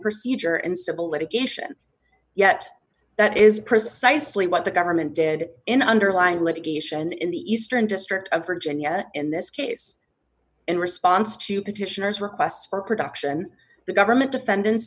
procedure and civil litigation yet that is precisely what the government did in the underlying litigation in the eastern district of virginia in this case in response to petitioners request for production the government defendants